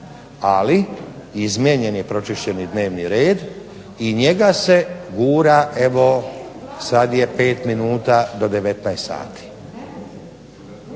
Ali izmijenjen je pročišćeni dnevni red i njega se gura evo sad je pet minuta do devetnaest sati.